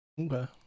Okay